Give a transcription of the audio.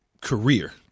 career